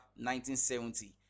1970